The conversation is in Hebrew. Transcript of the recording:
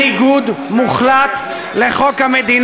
נגיד ליועץ המשפטי לממשלה: